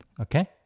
okay